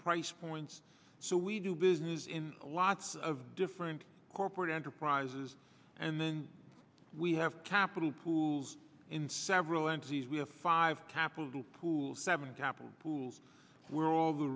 price points so we do business in lots of different corporate enterprises and then we have capital pools in several entities we have five capital pools seven capital pools were all the